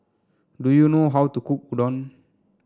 do you know how to cook Udon